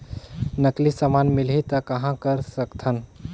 नकली समान मिलही त कहां कर सकथन?